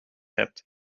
hebt